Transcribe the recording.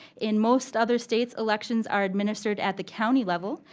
in most other states, elections are administered at the county level,